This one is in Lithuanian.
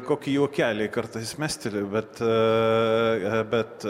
kokį juokelį kartais mesteliu bet bet